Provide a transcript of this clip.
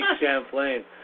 Champlain